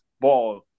ball